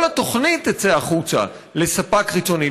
כל התוכנית תצא החוצה לספק חיצוני,